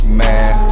man